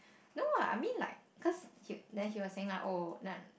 no lah I mean like cause he then he was saying like oh li~